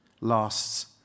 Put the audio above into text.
lasts